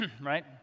Right